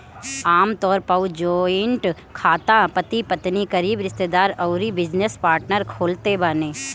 आमतौर पअ जॉइंट खाता पति पत्नी, करीबी रिश्तेदार अउरी बिजनेस पार्टनर खोलत बाने